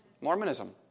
Mormonism